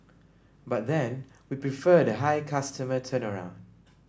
but then we prefer the high customer turnaround